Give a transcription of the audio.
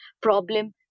problem